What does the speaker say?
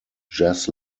jazz